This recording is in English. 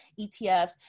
ETFs